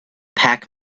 pac